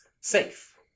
safe